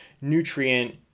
nutrient